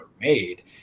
made